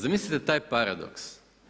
Zamislite taj paradoks.